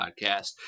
podcast